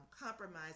compromise